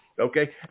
Okay